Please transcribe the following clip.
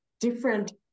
different